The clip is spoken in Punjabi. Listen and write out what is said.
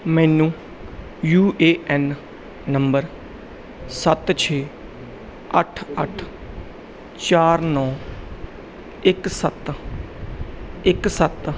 ਮੈਨੂੰ ਯੂ ਏ ਐੱਨ ਨੰਬਰ ਸੱਤ ਛੇ ਅੱਠ ਅੱਠ ਚਾਰ ਨੌਂ ਇੱਕ ਸੱਤ ਇੱਕ ਸੱਤ